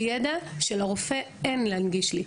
הוא ידע שלרופא אין להנגיש לי.